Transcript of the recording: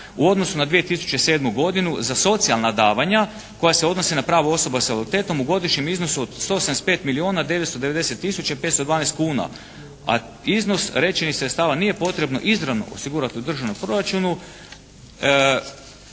u odnosu na 2007. godinu za socijalna davanja koja se odnose na pravo osoba sa invaliditetom u godišnjem iznosu od 175 milijuna 990 tisuća i 512 kuna a iznos rečenih sredstava nije potrebno izravno osigurati u državnom proračunu